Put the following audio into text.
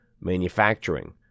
manufacturing